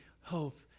hope